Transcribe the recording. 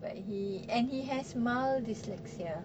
but he and he has mild dyslexia